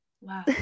Wow